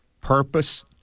purpose